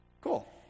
Cool